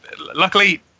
luckily